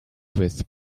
with